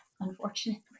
unfortunately